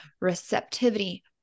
receptivity